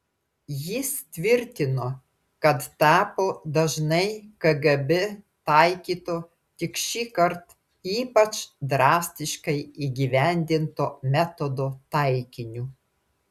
jis tvirtino kad tapo dažnai kgb taikyto tik šįkart ypač drastiškai įgyvendinto metodo taikiniu